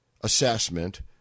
assessment